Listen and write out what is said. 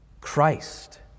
Christ